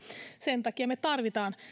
sen takia me tarvitsemme